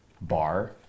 bar